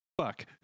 fuck